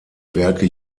werke